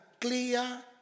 clear